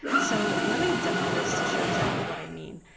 so let me demo this to show exactly what i mean.